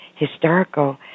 historical